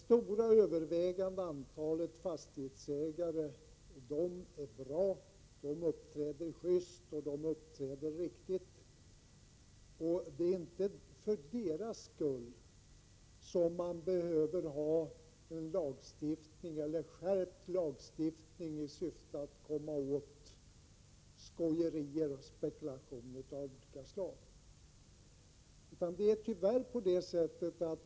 Det övervägande antalet fastighetsägare är bra; de uppträder just och riktigt. Det är inte för deras skull som vi behöver skärpt lagstiftning i syfte att komma åt skojerier och spekulationer av olika slag.